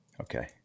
Okay